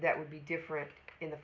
that would be different in the